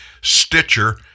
Stitcher